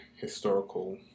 historical